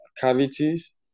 cavities